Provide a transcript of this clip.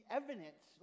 evidence